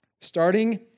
starting